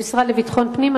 למשרד לביטחון פנים,